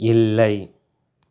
இல்லை